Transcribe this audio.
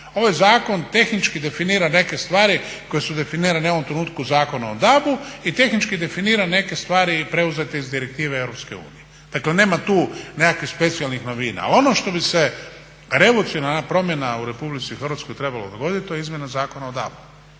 Ovaj zakon tehnički definira neke stvari koje su definirane u ovom trenutku Zakonom o DAB-u i tehnički definira neke stvari preuzete iz direktive EU. Dakle nema tu nekakvih specijalnih novina. Ono što bi se revolucionarna promjena u RH trebalo dogoditi to je izmjena Zakona o DAB-u